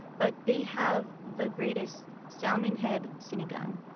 but they have the greatest salmon head sinigang.